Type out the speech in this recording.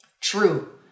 True